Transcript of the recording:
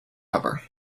cover